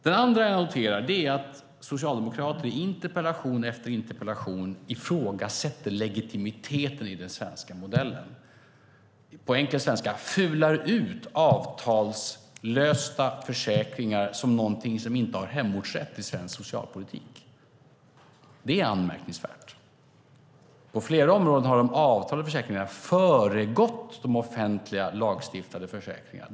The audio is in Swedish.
Det andra jag noterar är att socialdemokrater i interpellation efter interpellation ifrågasätter legitimiteten i den svenska modellen. På enkel svenska: De fular ut avtalslösta försäkringar som någonting som inte har hemortsrätt i svensk socialpolitik. Det är anmärkningsvärt. På flera områden har de avtalade försäkringarna föregått de offentliga lagstiftade försäkringarna.